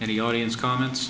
and the audience comments